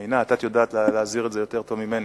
עינת, את יודעת להסביר את זה יותר טוב ממני.